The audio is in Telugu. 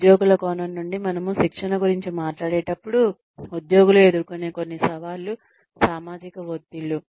ఉద్యోగుల కోణం నుండి మనము శిక్షణ గురించి మాట్లాడేటప్పుడు ఉద్యోగులు ఎదుర్కొనే కొన్ని సవాళ్లు సామాజిక ఒత్తిళ్లు